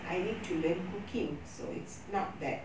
I need to learn cooking so it's not that